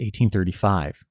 1835